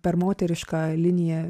per moterišką liniją